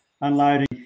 unloading